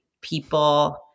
people